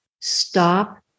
Stop